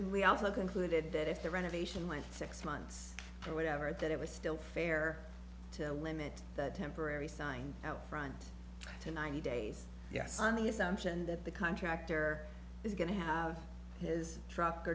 we also concluded that if the renovation went six months or whatever it that it was still fair to limit the temporary sign out front to ninety days yes on the assumption that the contractor is going to have his truck